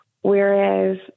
Whereas